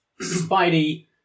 Spidey